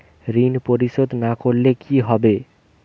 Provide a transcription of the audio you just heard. ঋণ পরিশোধ না করলে কি হবে?